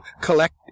collect